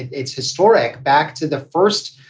it's historic. back to the first.